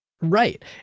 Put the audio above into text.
Right